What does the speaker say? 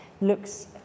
looks